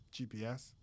GPS